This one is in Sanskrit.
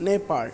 नेपाळ्